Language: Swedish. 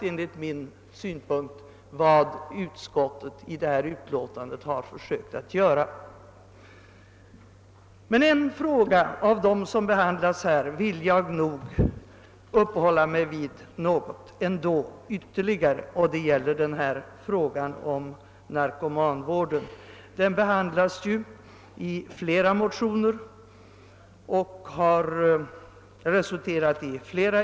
Enligt min mening har utskottet också försökt göra det. Och en fråga som här behandlas vill jag uppehålla mig vid något ytterligare, nämligen narkomanvården. Den har aktualiserats i flera motioner, och där har ett flertal yrkanden framställts.